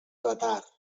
retard